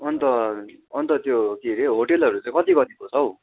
अन्त अन्त त्यो के हरे होटेलहरू चाहिँ कति कतिको छ हौ